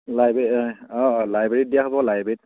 library অঁ অঁ লাইব্ৰেৰীত দিয়া হ'ব লাইব্ৰেৰীতত